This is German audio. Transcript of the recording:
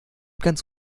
ganz